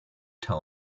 tell